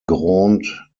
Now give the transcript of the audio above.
grande